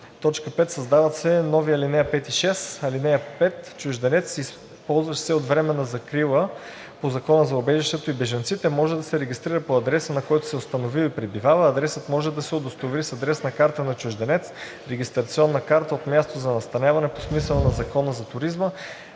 3.“ 5. Създават се нови ал. 5 и 6: „(5) Чужденец, ползващ се от временна закрила по Закона за убежището и бежанците, може да се регистрира по адреса, на който се е установил и пребивава. Адресът може да се удостовери с адресна карта на чужденец, регистрационна карта от място за настаняване по смисъла на Закона за туризма,